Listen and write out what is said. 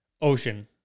Ocean